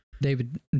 David